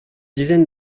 dizaine